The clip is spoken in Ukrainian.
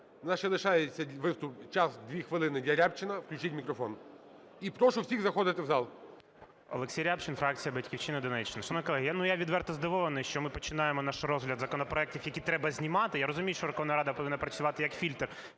У нас ще лишається час – 2 хвилини для Рябчина. Включіть мікрофон. І прошу всіх заходити в зал. 10:42:40 РЯБЧИН О.М. Олексій Рябчин, фракція "Батьківщина", Донеччина. Шановні колеги, я відверто здивований, що ми починаємо наш розгляд законопроектів, які треба знімати. Я розумію, що Верховна Рада повинна працювати, як фільтр,